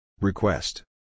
Request